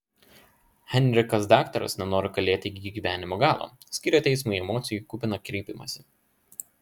henrikas daktaras nenori kalėti iki gyvenimo galo skyrė teismui emocijų kupiną kreipimąsi